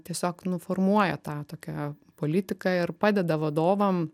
tiesiog nu formuoja tą tokią politiką ir padeda vadovam